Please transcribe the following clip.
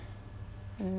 mm